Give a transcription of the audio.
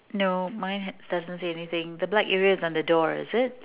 no mine ha~ doesn't say anything the black area is on the door is it